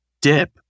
dip